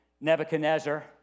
Nebuchadnezzar